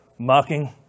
Mocking